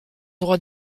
droit